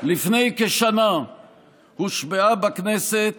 לפני כשנה הושבעה בכנסת